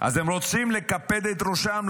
אז הם רוצים לקפד את ראשם,